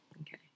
Okay